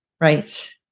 Right